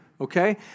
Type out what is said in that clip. Okay